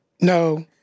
no